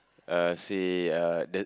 uh say uh the